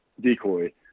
decoy